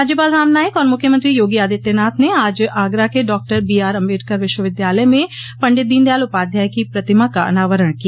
राज्यपाल राम नाईक और मुख्यमंत्री योगी आदित्यनाथ ने आज आगरा के डॉक्टर बीआरअम्बेडकर विश्वविद्यालय में पंडित दीनदयाल उपाध्याय की प्रतिमा का अनावरण किया